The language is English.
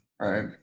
right